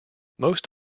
most